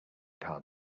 card